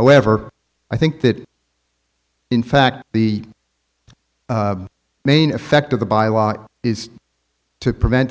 however i think that in fact the main effect of the bylaws is to prevent